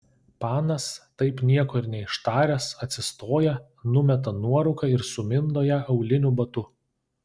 panas taip nieko ir neištaręs atsistoja numeta nuorūką ir sumindo ją auliniu batu